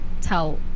tell